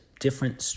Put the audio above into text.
different